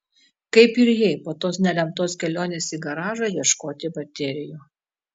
kaip ir jai po tos nelemtos kelionės į garažą ieškoti baterijų